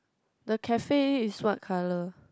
the Cafe is what colour